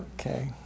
Okay